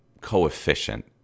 coefficient